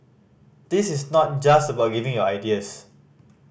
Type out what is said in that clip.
this is not just about giving your ideas